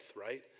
right